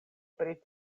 pri